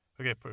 Okay